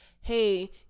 hey